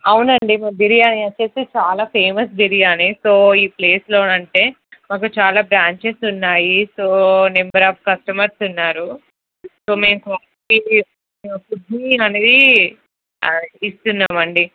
అవునండి మా బిర్యానీ వచ్చి చాలా ఫేమస్ బిర్యానీ సో ఈ ప్లేస్లో అంటే మాకు చాలా బ్రాంచెస్ ఉన్నాయి సో నెంబర్ ఆఫ్ కస్టమర్స్ ఉన్నారు సో మేము ఫుడ్ అనేది ఇస్తున్నాము అండి